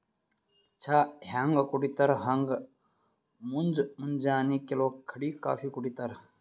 ಚಾ ಹ್ಯಾಂಗ್ ಕುಡಿತರ್ ಹಂಗ್ ಮುಂಜ್ ಮುಂಜಾನಿ ಕೆಲವ್ ಕಡಿ ಕಾಫೀ ಕುಡಿತಾರ್